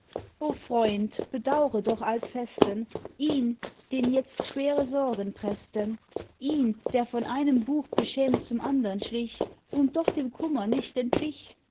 o freund bedaure doch alcesten ihn den itzt schwere sorgen preßten ihn der von einem buch beschämt zum andern schlich und doch dem kummer nicht entwich